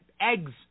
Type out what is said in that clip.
eggs